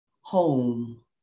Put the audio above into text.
home